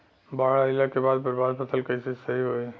बाढ़ आइला के बाद बर्बाद फसल कैसे सही होयी?